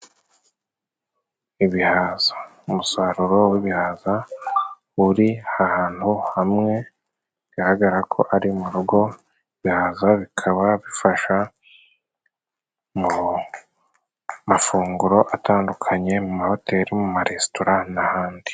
Ibihaza. Umusaruro w'ibihaza uri ahantu hamwe bigaragara ko ari mu rugo, ibirahaza bikaba bifasha mu mafunguro atandukanye mu mahoteli, mu maresitora n'ahandi.